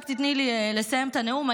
רק תיתני לי לסיים את הנאום.